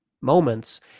moments